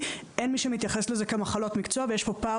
אין מי שמתייחס לזה כמחלות מקצוע ויש פה פער